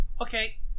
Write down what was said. Okay